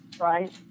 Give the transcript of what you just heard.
right